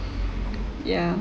yeah